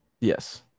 Yes